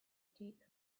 take